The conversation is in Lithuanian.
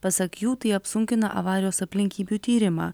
pasak jų tai apsunkina avarijos aplinkybių tyrimą